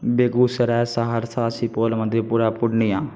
Begusarai Saharsa Supaul Madhepura Purnia